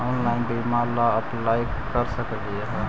Online बीमा ला apply कर सकली हे?